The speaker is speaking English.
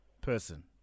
person